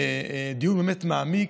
דיון באמת מעמיק,